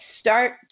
start